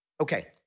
Okay